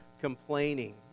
complaining